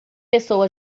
pessoa